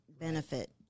benefit